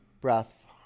breath